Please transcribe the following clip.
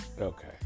okay